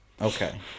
Okay